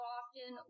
often